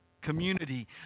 community